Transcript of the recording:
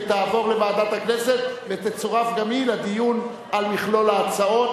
תעבור לוועדת הכנסת ותצורף גם היא למכלול ההצעות,